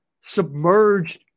submerged